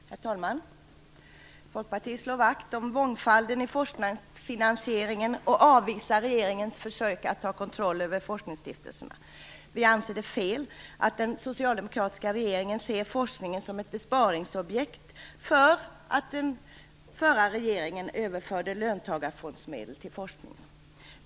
Herr talman! Folkpartiet slår vakt om mångfalden i forskningsfinansieringen och avvisar regeringens försök att ta kontroll över forskningsstiftelserna. Vi anser att det är fel att den socialdemokratiska regeringen ser forskningen som ett besparingsobjekt därför att den förra regeringen överförde löntagarfondsmedel till forskningen.